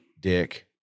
dick